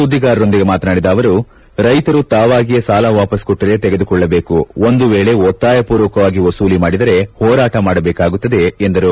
ಸುದ್ದಿಗಾರರೊಂದಿಗೆ ಮಾತನಾಡಿದ ಅವರುರೈತರು ತಾವಾಗಿಯೇ ಸಾಲ ವಾಪಸ್ ಕೊಟ್ಟರೆ ತೆಗೆದುಕೊಳ್ಳಬೇಕು ಒಂದು ವೇಳೆ ಒತ್ತಾಯಪೂರ್ವಕವಾಗಿ ವಸೂಲಿ ಮಾಡಿದರೆ ಹೋರಾಟ ಮಾಡಬೇಕಾಗುತ್ತದೆ ಎಂದರು